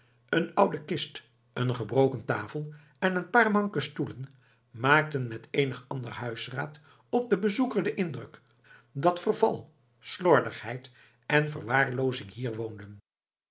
een oude kist een gebroken tafel en een paar manke stoelen maakten met eenig ander huisraad op den bezoeker den indruk dat verval slordigheid en verwaarloozing hier woonden